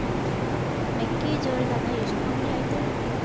ಮೆಕ್ಕಿಜೋಳದಾಗ ಎಷ್ಟು ನಮೂನಿ ಐತ್ರೇ?